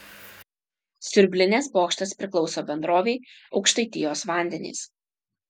siurblinės bokštas priklauso bendrovei aukštaitijos vandenys